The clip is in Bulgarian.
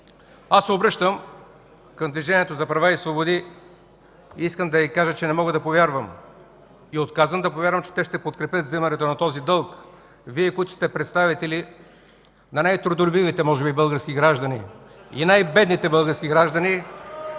се обръщам към Движението за права и свободи и искам да им кажа, че не мога да повярвам и отказвам да повярвам, че те ще подкрепят вземането на този дълг. Вие, които сте представители на най-трудолюбивите може би български граждани и най-бедните български граждани